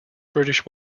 british